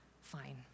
fine